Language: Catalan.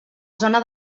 zona